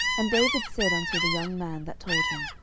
and david said unto the young man that told him,